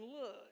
look